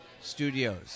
Studios